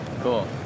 Cool